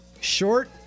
short